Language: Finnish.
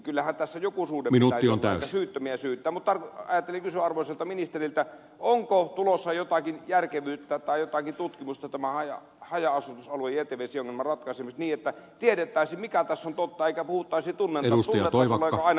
kyllähän tässä joku suhde pitäisi olla eikä syyttömiä syyttää mutta ajattelin kysyä arvoisalta ministeriltä onko tulossa jotakin järkevyyttä tai jotakin tutkimusta tämän haja asutusaluejätevesiongelman ratkaisemiseksi niin että tiedettäisiin mikä tässä on totta eikä puhuttaisi tunnetasolla jolloin aina menee väärin